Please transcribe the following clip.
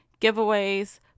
giveaways